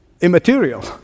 immaterial